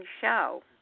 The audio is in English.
show